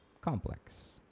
complex